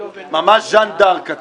ממש ז'אן ד'ארק אתה.